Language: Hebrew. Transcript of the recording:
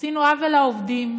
עשינו עוול לעובדים.